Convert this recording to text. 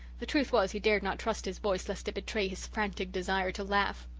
the truth was he dared not trust his voice lest it betray his frantic desire to laugh.